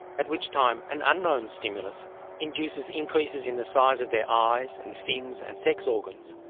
at which time an unknown stimulus induces increases in the size of their eyes and fins and sex organs,